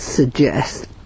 suggest